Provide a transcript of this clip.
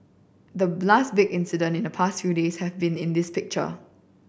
the last big incident in the past few days have been this picture